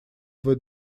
твой